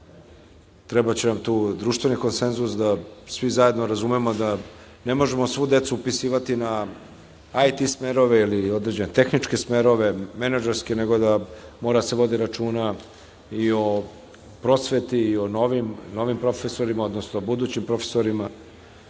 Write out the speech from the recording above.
Trebaće nam tu društveni konsenzus, da svi zajedno razumemo da ne možemo svu decu upisivati na IT smerove ili određene tehničke smerove, menadžerske, nego da mora da se vodi računa i o prosveti i novim profesorima, odnosno budućim profesorima.